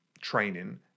training